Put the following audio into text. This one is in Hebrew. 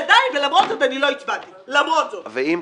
ואני עדיין,